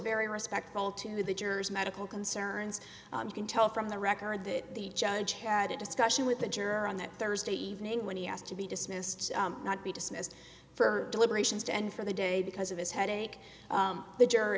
very respectful to the jurors medical concerns you can tell from the record that the judge had a discussion with the juror on that thursday evening when he asked to be dismissed not be dismissed for deliberations and for the day because of his headache the jury